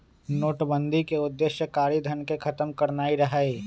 नोटबन्दि के उद्देश्य कारीधन के खत्म करनाइ रहै